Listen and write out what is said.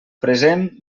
present